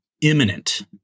imminent